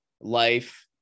life